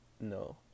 no